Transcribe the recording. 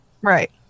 Right